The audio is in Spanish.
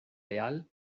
leal